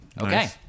Okay